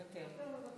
כן.